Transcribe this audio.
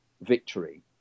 victory